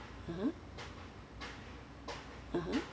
(uh huh) (uh huh)